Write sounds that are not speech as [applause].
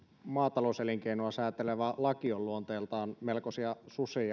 maatalouselinkeinoa säätelevä laki on luonteeltaan melkoinen susi [unintelligible]